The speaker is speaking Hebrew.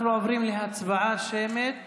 אנחנו עוברים להצבעה שמית